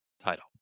title